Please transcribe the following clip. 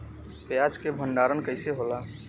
प्याज के भंडारन कइसे होला?